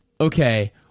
Okay